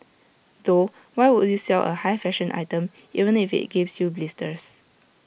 though why would you sell A high fashion item even if IT gives you blisters